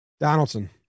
Donaldson